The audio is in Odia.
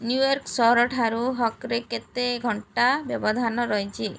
ନ୍ୟୁୟର୍କ୍ ସହର ଠାରୁ ହକ୍ରେ କେତେ ଘଣ୍ଟା ବ୍ୟବଧାନ ରହିଛି